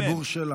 גם מהציבור שלה.